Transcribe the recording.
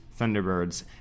Thunderbirds